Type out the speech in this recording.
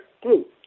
group